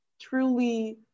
truly